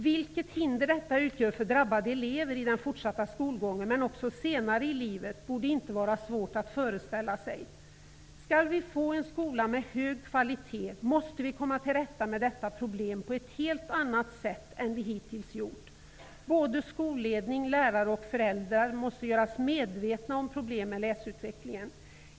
Vilket hinder detta utgör för drabbade elever i den fortsatta skolgången och även senare i livet borde det inte vara svårt att föreställa sig. Skall vi få en skola med hög kvalitet, måste vi komma till rätta med detta problem på ett helt annat sätt än vi hittills gjort. Både skolledning, lärare och föräldrar måste göras medvetna om problemen med läsutvecklingen.